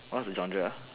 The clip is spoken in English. what's the genre ah